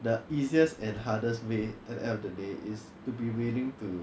the easiest and hardest way at the end of the day is to be willing to